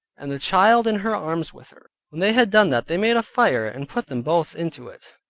and the child in her arms with her. when they had done that they made a fire and put them both into it,